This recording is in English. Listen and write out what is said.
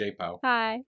Hi